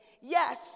yes